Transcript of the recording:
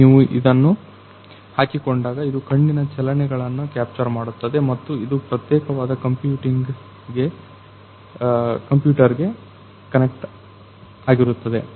ನೀವು ಇದನ್ನು ಹಾಕಿಕೊಂಡಾಗ ಇದು ಕಣ್ಣಿನ ಚಲನೆಯನ್ನು ಕ್ಯಾಪ್ಚರ್ ಮಾಡುತ್ತದೆ ಮತ್ತು ಇದು ಪ್ರತ್ಯೇಕವಾದ ಕಂಪ್ಯೂಟರ್ ಗೆ ಕನೆಕ್ಟ್ ಆಗಿರುತ್ತದೆ